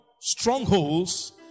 strongholds